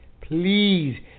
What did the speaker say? please